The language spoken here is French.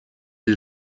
est